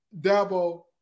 Dabo